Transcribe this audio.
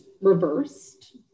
reversed